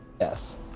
Yes